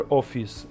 office